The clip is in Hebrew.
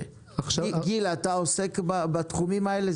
גיל, אתה עוסק בתחומים האלה?